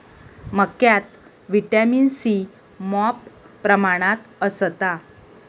मक्यात vitamin C मॉप प्रमाणात असता